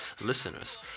listeners